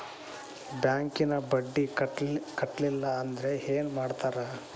ಬ್ಯಾಂಕಿನ ಬಡ್ಡಿ ಕಟ್ಟಲಿಲ್ಲ ಅಂದ್ರೆ ಏನ್ ಮಾಡ್ತಾರ?